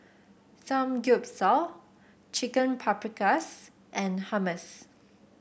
Samgyeopsal Chicken Paprikas and Hummus